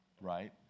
Right